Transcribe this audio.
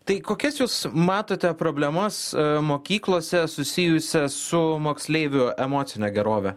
tai kokias jūs matote problemas mokyklose susijusias su moksleivių emocinę gerovę